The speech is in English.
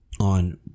on